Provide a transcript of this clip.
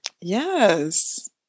Yes